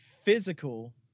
Physical